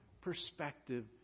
perspective